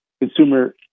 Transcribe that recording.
consumer